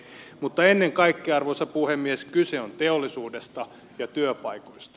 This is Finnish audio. mutta ennen kaikkea arvoisa puhemies kyse on teollisuudesta ja työpaikoista